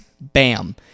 Bam